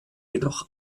jedoch